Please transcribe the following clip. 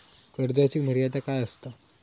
कर्जाची मर्यादा काय असता?